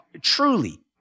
truly